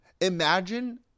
Imagine